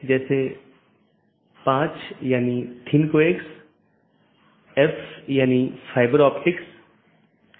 दो जोड़े के बीच टीसीपी सत्र की स्थापना करते समय BGP सत्र की स्थापना से पहले डिवाइस पुष्टि करता है कि BGP डिवाइस रूटिंग की जानकारी प्रत्येक सहकर्मी में उपलब्ध है या नहीं